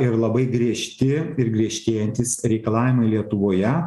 ir labai griežti ir griežtėjantys reikalavimai lietuvoje